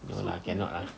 no lah cannot ah